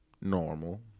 normal